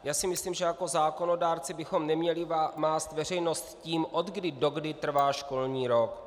Já si myslím, že jako zákonodárci bychom neměli mást veřejnost tím, odkdy dokdy trvá školní rok.